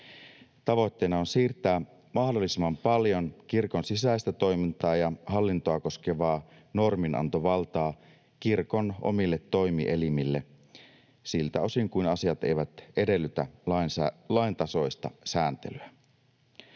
Tavoitteena on siirtää mahdollisimman paljon kirkon sisäistä toimintaa ja hallintoa koskevaa norminantovaltaa kirkon omille toimielimille siltä osin kuin asiat eivät edellytä lain tasoista sääntelyä.